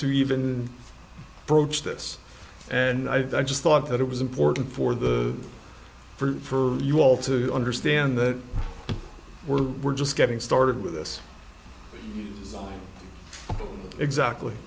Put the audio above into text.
to even broach this and i just thought that it was important for the for you all to understand that we're we're just getting started with this oh exactly